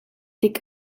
tik